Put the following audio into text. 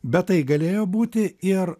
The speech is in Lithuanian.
bet tai galėjo būti ir